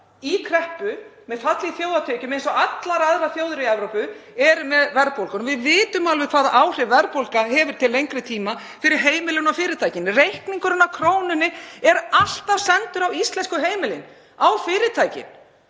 í kreppu með fall í þjóðartekjum, eins og allar aðrar þjóðir í Evrópu, með verðbólgu. Við vitum alveg hvaða áhrif verðbólgan hefur til lengri tíma fyrir heimilin og fyrirtækin. Reikningurinn á krónunni er alltaf sendur á íslensku heimilin, á fyrirtækin.